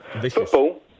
football